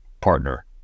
partner